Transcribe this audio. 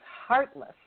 heartless